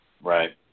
Right